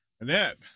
Annette